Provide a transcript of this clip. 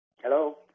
Hello